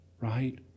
right